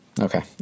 Okay